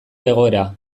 egoera